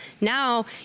Now